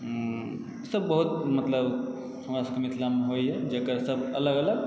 ईसब बहुत मतलब हमरा सबकेँ मिथिलामे होइए जेकर सब अलग अलग